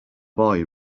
boy